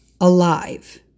alive